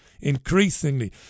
increasingly